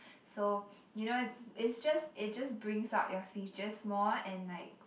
so you know it's it just it just brings out your features more and like